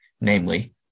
namely